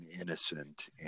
innocent